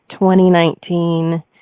2019